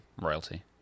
royalty